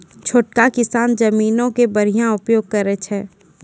छोटका किसान जमीनो के बढ़िया उपयोग करै छै